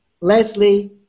Leslie